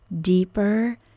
deeper